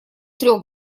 трех